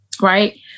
right